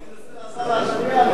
אמרתי, מנסה להשפיע עליך.